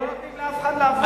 גם לא נותנים לאף אחד לעבוד.